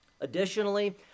Additionally